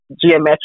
geometric